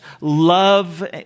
love